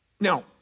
Now